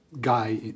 guy